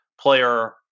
player